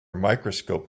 microscope